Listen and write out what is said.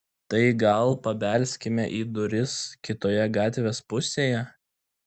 tai gal pabelskime į duris kitoje gatvės pusėje